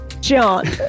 John